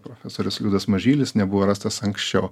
profesorius liudas mažylis nebuvo rastas anksčiau